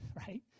right